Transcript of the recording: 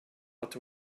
but